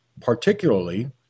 particularly